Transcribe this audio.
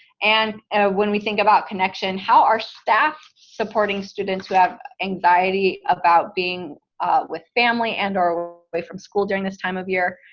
and when we think about connection-how are staff supporting students who have anxiety about being with family and or away from school during this time of year?